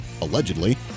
Allegedly